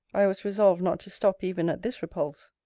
i was resolved not to stop even at this repulse.